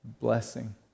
blessing